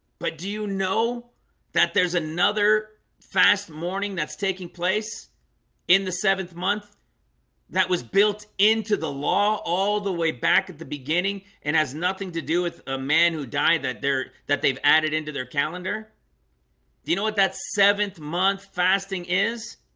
but do you know that there's another fast morning that's taking place in the seventh month that was built into the law all the way back at the beginning and has nothing to do with a man who died that there that they've added into their calendar do you know what that seventh month fasting is?